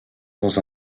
dans